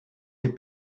les